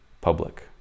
public